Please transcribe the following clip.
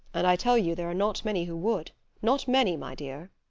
and i tell you there are not many who would not many, my dear.